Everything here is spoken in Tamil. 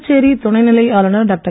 புதுச்சேரி துணைநிலை ஆளுநர் டாக்டர்